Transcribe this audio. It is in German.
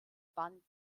band